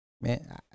Man